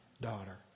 daughter